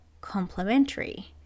complementary